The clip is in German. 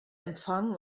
empfangen